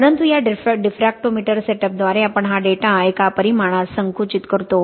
परंतु या डिफ्रॅक्टोमीटर सेटअपद्वारे आपण हा डेटा एका परिमाणात संकुचित करतो